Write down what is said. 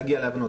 להגיע להבנות,